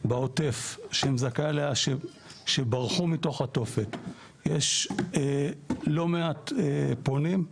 בעוטף, שברחו מתוך התופת, יש לא מעט פונים.